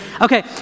Okay